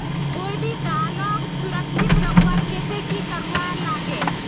कोई भी दालोक सुरक्षित रखवार केते की करवार लगे?